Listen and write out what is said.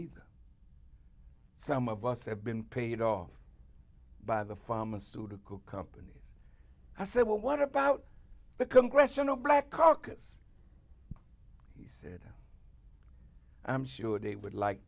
either some of us have been paid off by the pharmaceutical companies i said well what about the congressional black caucus he said i'm sure they would like